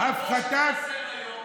איך אתה מסביר, היום?